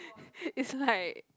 it's like